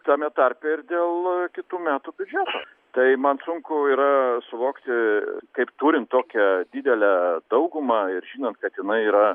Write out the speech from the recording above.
tame tarpe ir dėl kitų metų biudžeto tai man sunku yra suvokti kaip turint tokią didelę daugumą ir žinant kad jinai yra